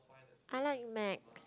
I like Macs